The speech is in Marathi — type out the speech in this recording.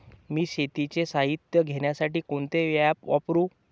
मी शेतीचे साहित्य घेण्यासाठी कोणते ॲप वापरु?